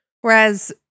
Whereas